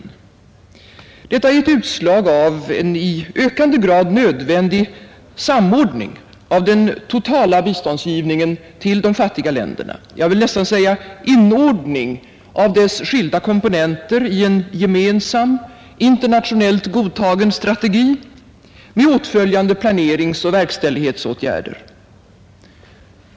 Detta är ett utslag av en i ökande grad nödvändig samordning av den totala biståndsgivningen till de fattiga länderna — jag vill nästan säga inordning av dess skilda komponenter i en gemensam, internationellt godtagen strategi, med åtföljande planeringsoch verkställighetsåtgärder.